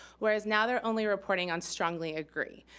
whereas now they're only reporting on strongly agree.